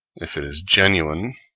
if it is genuine,